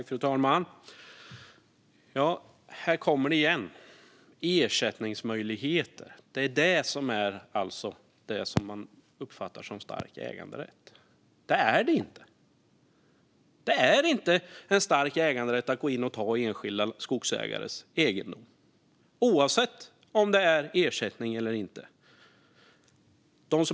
Fru talman! Ja, här kommer det igen: Ersättningsmöjligheter - det är det man uppfattar som en stark äganderätt. Det är det inte! Det är inte en stark äganderätt att staten går in och tar enskilda skogsägares egendom, oavsett om de får ersättning eller inte.